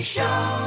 Show